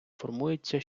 формується